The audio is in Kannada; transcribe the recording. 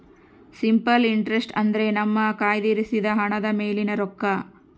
ಸಿಂಪಲ್ ಇಂಟ್ರಸ್ಟ್ ಅಂದ್ರೆ ನಮ್ಮ ಕಯ್ದಿರಿಸಿದ ಹಣದ ಮೇಲಿನ ರೊಕ್ಕ